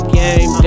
game